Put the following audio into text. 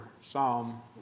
Psalm